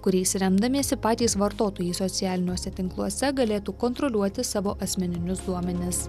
kuriais remdamiesi patys vartotojai socialiniuose tinkluose galėtų kontroliuoti savo asmeninius duomenis